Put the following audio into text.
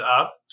up